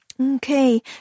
Okay